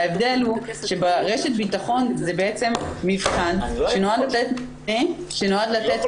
ההבדל הוא שברשת הביטחון זה בעצם מבחן שנועד לתת